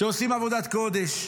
שעושים עבודת קודש.